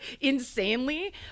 insanely